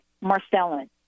Marcellin